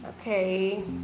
okay